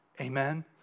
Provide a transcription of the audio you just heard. Amen